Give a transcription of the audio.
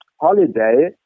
Holiday